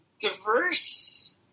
diverse